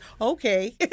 okay